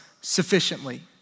sufficiently